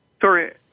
Sorry